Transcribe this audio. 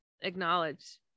acknowledge